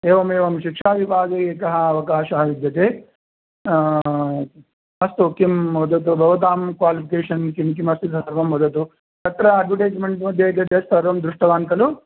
एवमेवं शिक्षाविभागे एकः अवकाशः विद्यते अस्तु किं वदतु भवतां क्वालिफिकेशन् किं किमस्ति सर्वं वदतु तत्र अड्वटैस्मेण्ट् मध्ये यद्यदति सर्वं दृष्टवान् खलु